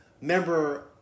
member